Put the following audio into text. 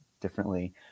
differently